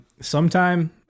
Sometime